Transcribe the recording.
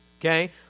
okay